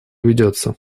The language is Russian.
ведется